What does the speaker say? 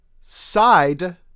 Side